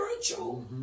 spiritual